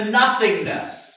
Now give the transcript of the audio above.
nothingness